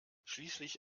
schließlich